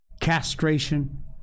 castration